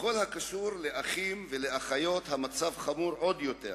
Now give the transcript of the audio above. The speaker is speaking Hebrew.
בכל הקשור לאחים ולאחיות, המצב חמור עוד יותר.